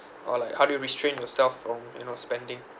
or like how do you restrain yourself from you know spending